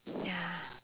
ya